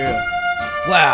Wow